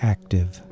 Active